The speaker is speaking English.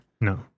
No